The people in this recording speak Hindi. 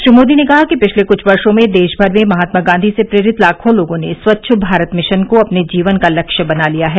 श्री मोदी ने कहा कि पिछले कुछ वर्षो में देशभर में महात्मा गांधी से प्रेरित लाखों लोगों ने स्वच्छ भारत मिशन को अपने जीवन का लक्ष्य बना लिया है